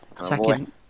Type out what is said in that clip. second